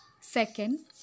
Second